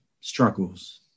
struggles